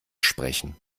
sprechen